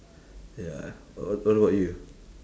ya what what about you